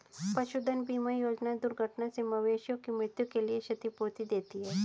पशुधन बीमा योजना दुर्घटना से मवेशियों की मृत्यु के लिए क्षतिपूर्ति देती है